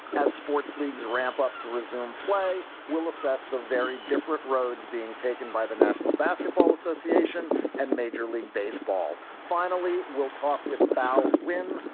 as sports leagues ramp up to resume play, we'll assess the very different roads being taken by the national basketball association and major league baseball. finally, we'll talk with val wynn,